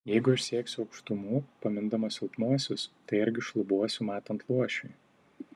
jeigu aš sieksiu aukštumų pamindamas silpnuosius tai argi šlubuosiu matant luošiui